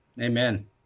Amen